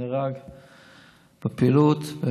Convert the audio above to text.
שנהרג בפעילות,